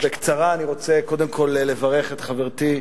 בקצרה, אני רוצה לברך קודם כול את חברתי,